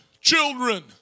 children